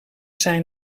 zijn